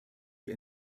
die